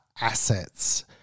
assets